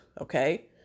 Okay